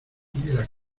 pudiera